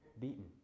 beaten